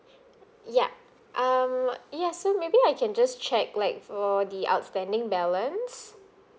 yup um ya so maybe I can just check like for the outstanding balance